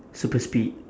super speed